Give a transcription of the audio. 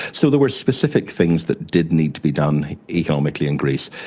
so there were specific things that did need to be done economically in greece.